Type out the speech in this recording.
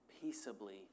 peaceably